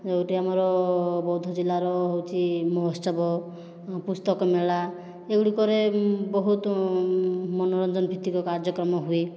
ଏଇ ଗୋଟେ ଆମର ବଉଦ ଜିଲ୍ଲାର ହେଉଛି ମହୋତ୍ସବ ପୁସ୍ତକ ମେଳା ଏଗୁଡ଼ିକରେ ବହୁତ ମନୋରଞ୍ଜନ ଭିତ୍ତିକ କାର୍ଯ୍ୟକ୍ରମ ହୁଏ